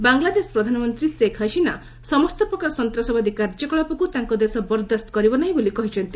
ବାଂଶଦେଶ ପ୍ରଧାନମନ୍ତ୍ରୀ ଶେଖ୍ ହସିନା ସମସ୍ତ ପ୍ରକାର ସନ୍ତାସବାଦୀ କାର୍ଯ୍ୟକଳାପକୁ ତାଙ୍କ ଦେଶ ବରଦାସ୍ତ କରିବ ନାହିଁ ବୋଲି କହିଛନ୍ତି